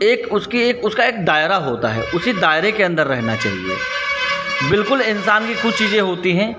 एक उसकी एक उसका एक दायरा होता है उसी दायरे के अंदर रहना चाहिए बिलकुल इंसान की कुछ चीज़ें होती हैं